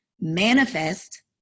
manifest